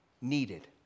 needed